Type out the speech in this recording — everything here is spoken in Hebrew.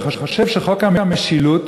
אני חושב שחוק המשילות